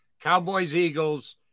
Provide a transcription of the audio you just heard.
Cowboys-Eagles